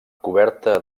coberta